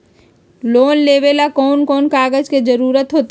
Loan लेवेला कौन कौन कागज के जरूरत होतई?